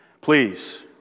Please